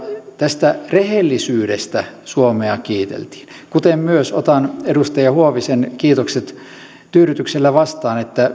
tästä rehellisyydestä suomea kiiteltiin myös otan edustaja huovisen kiitokset tyydytyksellä vastaan paitsi että